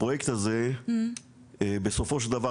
הפרויקט הזה בסופו של דבר,